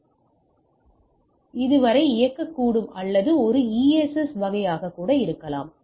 ஒரு பிஎஸ்எஸ்ஸிலிருந்து இன்னொரு பிஎஸ்எஸ் வரை இயக்கம் இருக்கக்கூடும் அல்லது அது ஒரு ஈஎஸ்எஸ் வகையாக இருக்கலாம்